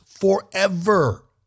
forever